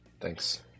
Thanks